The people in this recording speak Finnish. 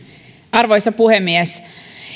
arvoisa puhemies